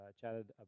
chatted